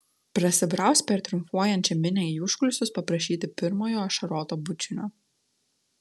prasibraus per triumfuojančią minią į užkulisius paprašyti pirmojo ašaroto bučinio